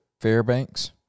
Fairbanks